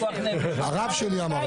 תפסיקו --- הרב שלי אמר לי.